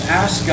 ask